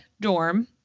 dorm